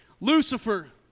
Lucifer